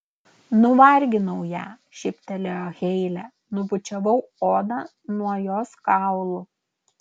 nuvarginau ją šyptelėjo heile nubučiavau odą nuo jos kaulų